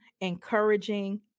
encouraging